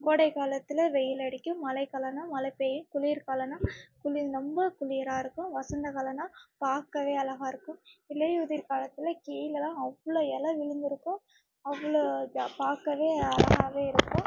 கோடை காலத்தில் வெயில் அடிக்கும் மழை காலம்னா மழை பெய்யும் குளிர் காலம்னா குளிர் ரொம்ப குளிராக இருக்கும் வசந்தகாலம்னா பார்க்கவே அழகாக இருக்கும் இலையுதிர் காலத்தில் கீழேலாம் அவ்வளோ எலை விழுந்திருக்கும் அவ்வளோ இதை பார்க்கவே அழகாக இருக்கும்